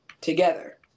together